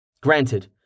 Granted